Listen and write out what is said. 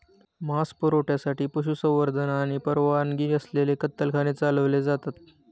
मांस पुरवठ्यासाठी पशुसंवर्धन आणि परवानगी असलेले कत्तलखाने चालवले जातात